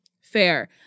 Fair